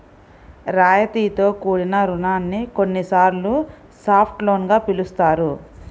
రాయితీతో కూడిన రుణాన్ని కొన్నిసార్లు సాఫ్ట్ లోన్ గా పిలుస్తారు